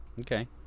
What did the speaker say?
Okay